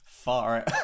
far